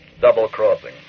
double-crossing